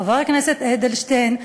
חבר הכנסת אדלשטיין,